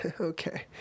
Okay